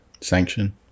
Sanction